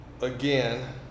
Again